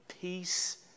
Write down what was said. peace